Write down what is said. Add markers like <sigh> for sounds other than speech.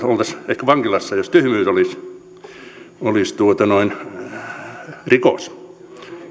<unintelligible> oltaisiin ehkä vankilassa jos tyhmyys olisi olisi rikos